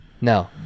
no